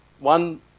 One